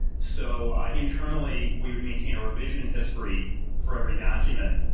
so ah internally we would maintain a revision history for every document.